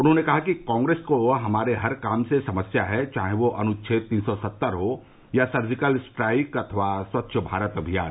उन्हॉने कहा कि कांग्रेस को हमारे हर काम से समस्या है चाहे वह अनुच्छेद तीन सौ सत्तर हो या सर्जिकल स्ट्राइक अथवा स्वच्छ भारत अभियान